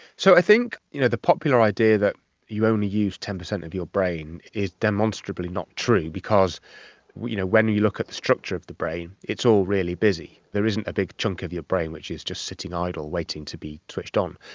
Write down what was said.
so i think you know the popular idea that you only use ten percent of your brain is demonstrably not true because you know when you look at the structure of the brain, it's all really busy. there isn't a big chunk of your brain which is just sitting idle waiting to be switched on.